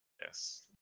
yes